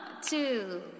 two